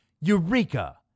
Eureka